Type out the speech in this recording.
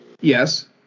Yes